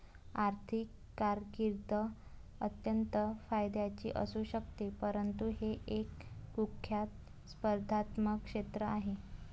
आर्थिक कारकीर्द अत्यंत फायद्याची असू शकते परंतु हे एक कुख्यात स्पर्धात्मक क्षेत्र आहे